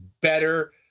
better